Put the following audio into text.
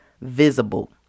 visible